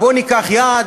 בואו ניקח יעד,